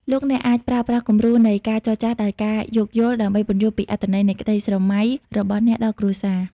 លោកអ្នកអាចប្រើប្រាស់គំរូនៃ "ការចរចាដោយការយោគយល់" ដើម្បីពន្យល់ពីអត្ថន័យនៃក្តីស្រមៃរបស់អ្នកដល់គ្រួសារ។